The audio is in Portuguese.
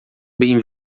bem